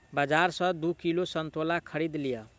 बाजार सॅ दू किलो संतोला खरीद लिअ